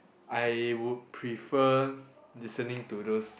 I would prefer listening to those